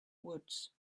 woods